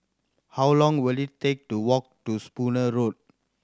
how long will it take to walk to Spooner Road